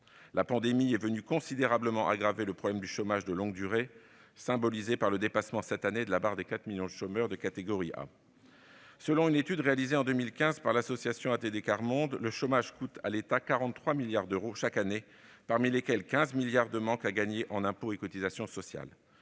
La pandémie est venue considérablement aggraver le problème du chômage de longue durée, symbolisé par le dépassement, cette année, de la barre des 4 millions de chômeurs relevant de la catégorie A. Selon une étude réalisée en 2015 par l'association ATD Quart Monde, le chômage coûte à l'État 43 milliards d'euros chaque année, dont 15 milliards d'euros de manque à gagner en impôts et en cotisations sociales.